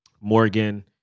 Morgan